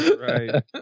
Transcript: right